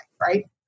right